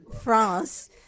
France